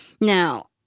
Now